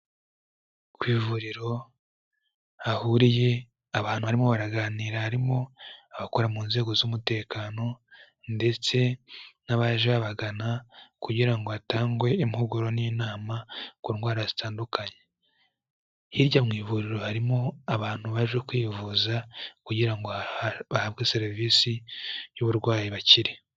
Ku ivuriro hahuriye abantu barimo baraganira, harimo abakora mu nzego z'umutekano ndetse n'abaje babagana kugira ngo hatangwe impuguro n'inama ku ndwara zitandukanye, hirya mu ivuriro harimo abantu baje kwivuza kugira ngo bahabwe serivisi y'uburwayi bakire.